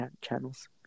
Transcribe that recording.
channels